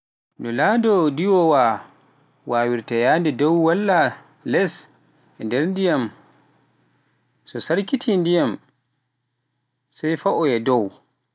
no laana ndiwoowa waawirta yahde dow walla les e nder ndiyam, so o sarkiti ndiyam sai faoya dow